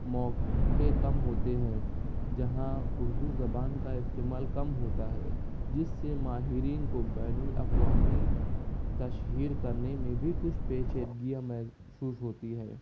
موقعے کم ہوتے ہیں جہاں اردو زبان کا استعمال کم ہوتا ہے جس سے ماہرین کو بین الاقوامی تشہیر کرنے میں بھی کچھ پیچیدگیاں محسوس ہوتی ہیں